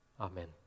Amen